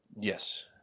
Yes